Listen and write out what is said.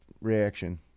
reaction